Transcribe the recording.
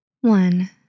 One